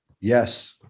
yes